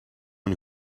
een